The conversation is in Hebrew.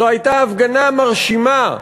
זו הייתה הפגנה מרשימה,